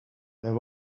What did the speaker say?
there